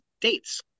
dates